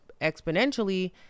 exponentially